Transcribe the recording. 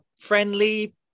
friendly